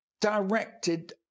directed